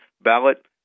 ballot